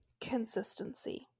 consistency